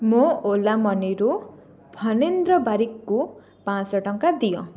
ମୋ ଓଲା ମନିରୁ ଫଣେନ୍ଦ୍ର ବାରିକ୍କୁ ପାଞ୍ଚଶହ ଟଙ୍କା ଦିଅ